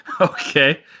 Okay